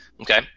okay